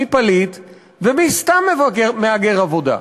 מי פליט ומי סתם מהגר עבודה.